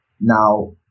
Now